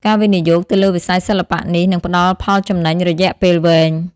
ការវិនិយោគទៅលើវិស័យសិល្បៈនេះនឹងផ្តល់ផលចំណេញរយៈពេលវែង។